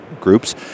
groups